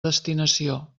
destinació